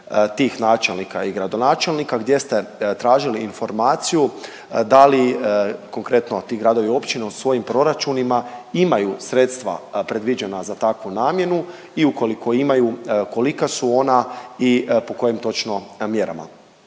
tih načelnika i gradonačelnika gdje ste tražili informaciju da li konkretno ti gradovi i općine u svojim proračunima imaju sredstva predviđena za takvu namjenu i ukoliko imaju kolika su ona i po kojim točno mjerama.